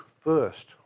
first